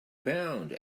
bound